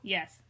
Yes